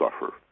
suffer